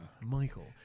Michael